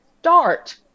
start